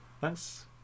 Thanks